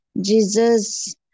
Jesus